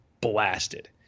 blasted